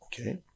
Okay